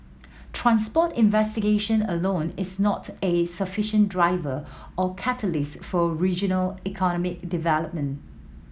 transport investigation alone is not a sufficient driver or catalyst for regional economic development